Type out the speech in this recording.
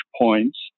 points